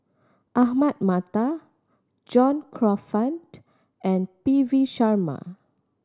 Ahmad Mattar John Crawfurd and P V Sharma